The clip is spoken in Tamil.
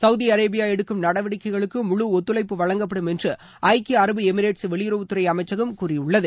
சவுதி அரேபியா எடுக்கும் நடவடிக்கைகளுக்கு முழு ஒத்துழைப்பு வழங்கப்படும் என்று ஐக்கிய அரபு எமிரேட்ஸ் வெளியுறவுத் துறை அமைச்சகம் கூறியுள்ளது